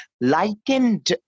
likened